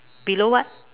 below what